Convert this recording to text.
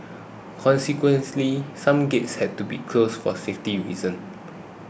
consequently some gates had to be closed for safety reasons